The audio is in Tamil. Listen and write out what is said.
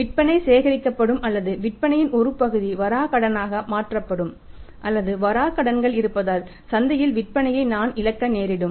விற்பனை சேகரிக்கப்படும் அல்லது விற்பனையின் ஒரு பகுதி வராக்கடனாக மாற்றப்படும் அல்லது வராகடன்கள் இருப்பதால் சந்தையில் விற்பனையை நான் இழக்க நேரிடும்